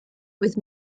with